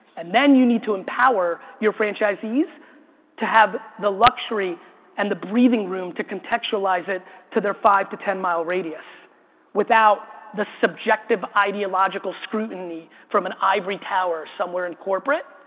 and then you need to empower your franchisees to have the luxury and the breathing room to contextualize it to their five to ten mile radius without the subjective ideological scrutiny from an ivory tower somewhere in corporate,